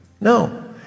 No